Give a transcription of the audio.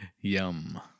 yum